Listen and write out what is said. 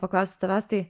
paklausti tavęs tai